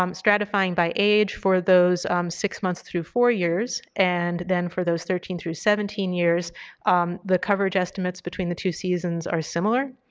um stratifying by age for those six months through four years and then for those thirteen through seventeen years the coverage estimates between the two seasons are similar.